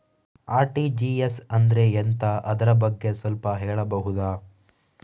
RTGS ಅಂದ್ರೆ ಎಂತ ಅದರ ಬಗ್ಗೆ ಸ್ವಲ್ಪ ಹೇಳಬಹುದ?